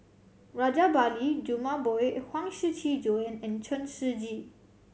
Rajabali Jumabhoy Huang Shiqi Joan and Chen Shiji